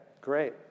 great